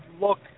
look